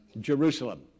Jerusalem